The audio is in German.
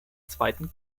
zweiten